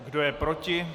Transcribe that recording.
Kdo je proti?